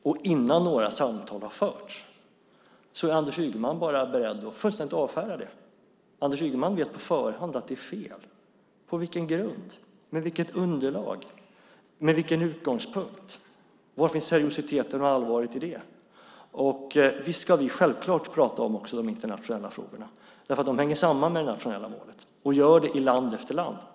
Men innan några samtal har förts är Anders Ygeman beredd att fullständigt avfärda det. Anders Ygeman vet tydligen på förhand att det är fel. På vilken grund, med vilket underlag och med vilken utgångspunkt? Var finns seriositeten och allvaret i det? Visst, självklart ska vi också prata om de internationella frågorna. De hänger ju samman med det nationella målet och gör så i land efter land.